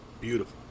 beautiful